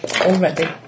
already